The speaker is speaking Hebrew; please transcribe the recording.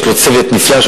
יש לו צוות נפלא,